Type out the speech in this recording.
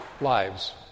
lives